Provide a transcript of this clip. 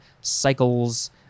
cycles